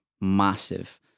massive